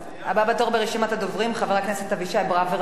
הבא בתור ברשימת הדוברים חבר הכנסת אבישי ברוורמן,